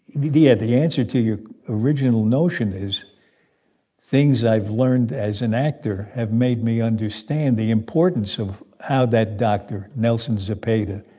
the the ah answer to your original notion is things i've learned as an actor have made me understand the importance of how that doctor, nelson zepeda,